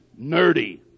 nerdy